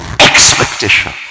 Expectation